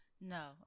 No